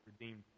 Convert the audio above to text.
redeemed